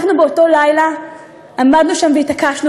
אנחנו באותו לילה עמדנו שם והתעקשנו